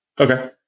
Okay